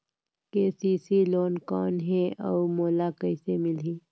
KCC loan कौन हे अउ मोला कइसे मिलही?